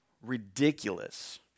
ridiculous